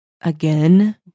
again